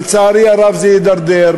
לצערי הרב, זה הידרדר.